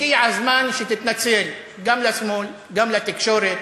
הגיע הזמן שתתנצל, גם לשמאל, גם לתקשורת,